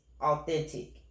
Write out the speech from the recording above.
authentic